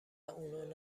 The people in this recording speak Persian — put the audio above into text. اونو